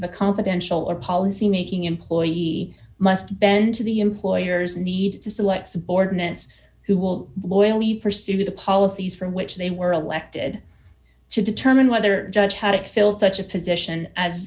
a confidential or policymaking employee must bend to the employer's need to select subordinates who will loyally pursue the policies from which they were elected to determine whether judge how to fill such a position as